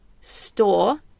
store